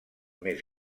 més